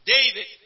David